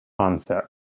concept